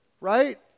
Right